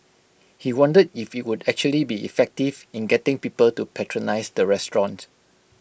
he wondered if IT would actually be effective in getting people to patronise the restaurant